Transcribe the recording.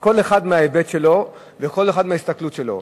כל אחד מההיבט שלו וכל אחד מההסתכלות שלו.